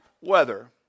weather